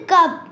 Cup